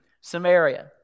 Samaria